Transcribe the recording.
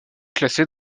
classée